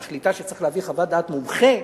מחליטה שצריך להביא חוות דעת מומחה,